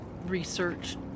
Research